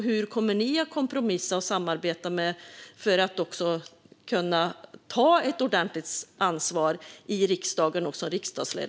Hur kommer ni att kompromissa och samarbeta för att kunna ta ett ordentligt ansvar som ledamöter i riksdagen?